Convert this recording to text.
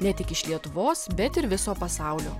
ne tik iš lietuvos bet ir viso pasaulio